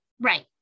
Right